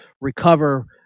recover